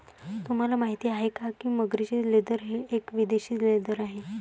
तुम्हाला माहिती आहे का की मगरीचे लेदर हे एक विदेशी लेदर आहे